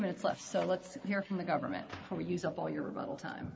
minutes left so let's hear from the government can we use up all your rebuttal time